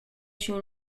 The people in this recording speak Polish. się